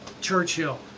Churchill